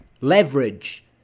leverage